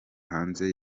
hanze